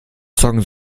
song